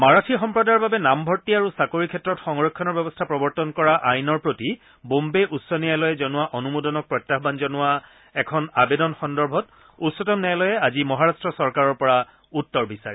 মাৰাঠী সম্প্ৰদায়ৰ বাবে নামভৰ্তি আৰু চাকৰিৰ ক্ষেত্ৰত সংৰক্ষণৰ ব্যৱস্থা কৰি প্ৰৱৰ্তন কৰা আইনৰ প্ৰতি বোম্বে উচ্চ ন্যায়ালয়ে জনোৱা অনুমোদনক প্ৰত্যাহান জনোৱা এখন আবেদন সন্দৰ্ভত উচ্চতম ন্যায়ালয়ে আজি মহাৰট্ট চৰকাৰৰ পৰা উত্তৰ বিচাৰে